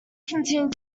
continued